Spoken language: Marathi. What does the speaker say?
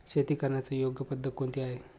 शेती करण्याची योग्य पद्धत कोणती आहे?